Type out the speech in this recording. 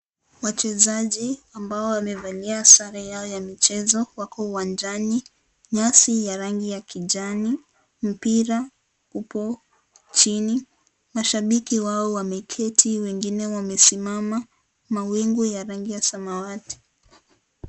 Wachezaji ambao wamevalia zare yao ya mchezo wako uwanjani nyasi ya rangi ya kijani, mpira upo chini mashabiki wao wameketi wengine wamesimama, mawingu ya rangi ya zamawati.